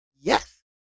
Yes